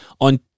on